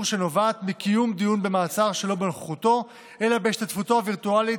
שנובעת מקיום דיון במעצר שלא בנוכחותו אלא בהשתתפותו הווירטואלית,